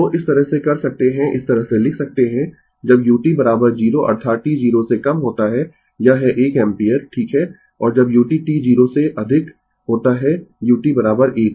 तो इस तरह से कर सकते है इस तरह से लिख सकते है जब u 0 अर्थात t 0 से कम होता है यह है 1 एम्पीयर ठीक है और जब u t 0 से अधिक होता है u 1